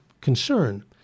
concern